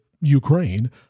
Ukraine